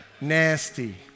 nasty